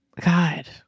God